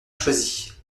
choisi